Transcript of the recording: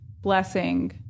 blessing